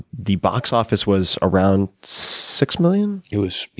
the box office was around six million? it was yeah,